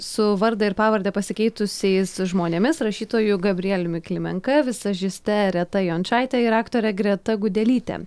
su vardą ir pavardę pasikeitusiais žmonėmis rašytoju gabrieliumi klimenka vizažiste reta jončaite ir aktore greta gudelyte